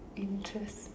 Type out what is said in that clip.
interesting